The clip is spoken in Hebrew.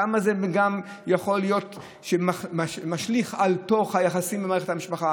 כמה זה גם יכול להשליך על מערכת היחסים במשפחה.